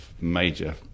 major